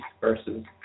versus